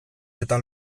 eta